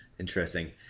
interesting.